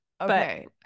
Okay